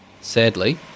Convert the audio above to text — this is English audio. Sadly